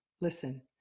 Listen